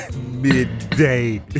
midday